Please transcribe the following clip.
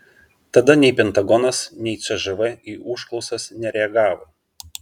tada nei pentagonas nei cžv į užklausas nereagavo